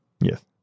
Yes